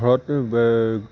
ঘৰত